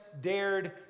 dared